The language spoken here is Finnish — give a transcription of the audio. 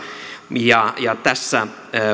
ja ja tässä